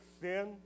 sin